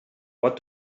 what